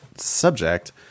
subject